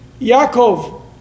Yaakov